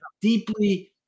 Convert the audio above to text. deeply